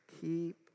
Keep